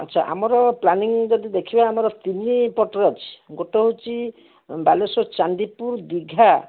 ଆଚ୍ଛା ଆମର ପ୍ଲାନିଂ ଯଦି ଦେଖିବା ଆମର ତିନି ପଟର ଅଛି ଗୋଟେ ହେଉଛି ବାଲେଶ୍ୱର ଚାନ୍ଦିପୁର ଦିଘା